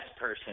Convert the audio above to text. person